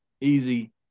easy